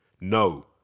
No